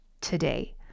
today